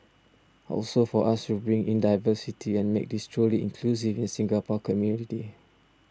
also for us to bring in diversity and make this truly inclusive in Singapore community